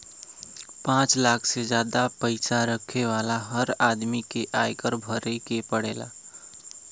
पांच लाख से जादा पईसा रखे वाला हर आदमी के आयकर भरे के पड़ेला